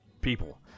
people